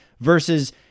versus